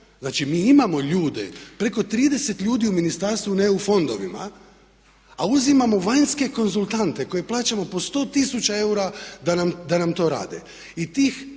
Znači, mi imamo ljude, preko 30 ljudi u ministarstvu je na EU fondovima, a uzimamo vanjske konzultante koje plaćamo po 100 tisuća eura da nam to rade.